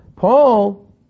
Paul